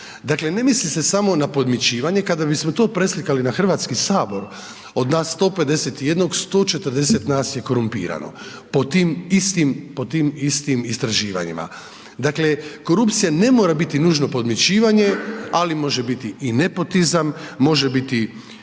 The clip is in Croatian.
Dakle, ne mili se samo na podmićivanje, kada bismo to preslikali na Hrvatski sabor od nas 151, 140 nas je korumpirano, pod tim istim istraživanjima. Dakle korupcija ne mora biti nužno podmićivanje, ali može biti i nepotizam, može biti